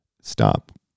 stop